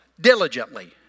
diligently